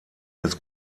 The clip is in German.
des